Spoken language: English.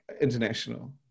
international